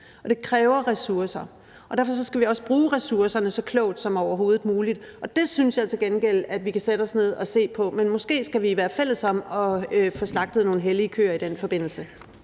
det kræver ressourcer. Derfor skal vi også bruge ressourcerne så klogt som overhovedet muligt, og det synes jeg til gengæld vi kan sætte os ned og se på, men måske skal vi være fælles om at få slagtet nogle hellige køer i den forbindelse.